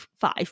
five